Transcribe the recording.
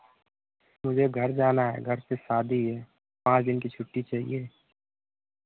मुझे घर जाना है घर पर शादी है पाँच दिन की छुट्टी चाहिए